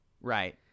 Right